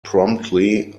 promptly